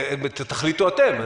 תחליטו אתם.